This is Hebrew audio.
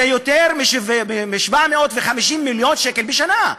זה יותר מ-750 מיליון שקל בשנה.